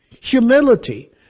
humility